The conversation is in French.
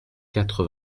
quatre